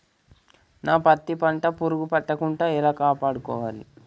నా పత్తి పంట పురుగు పట్టకుండా ఎలా కాపాడుకోవాలి?